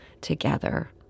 together